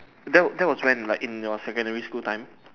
that that was when like in your secondary school time